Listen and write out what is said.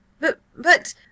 But—but—